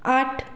ਅੱਠ